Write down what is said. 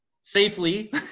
safely